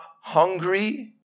hungry